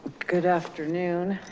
good afternoon,